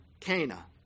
Cana